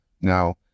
Now